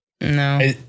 No